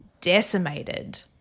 decimated